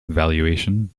valuation